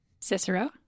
Cicero